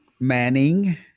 Manning